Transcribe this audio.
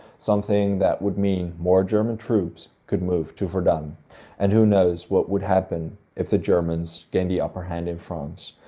something that would mean more german troops could move to verdun, and who knows what would happen if the germans gained the upper-hand in france.